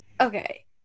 okay